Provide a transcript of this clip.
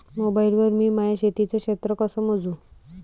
Mobile वर मी माया शेतीचं क्षेत्र कस मोजू?